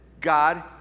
God